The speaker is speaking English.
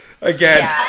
again